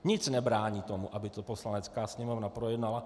Nic nebrání tomu, aby to Poslanecká sněmovna projednala.